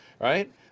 right